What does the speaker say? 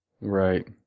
Right